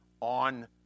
on